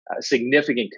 significant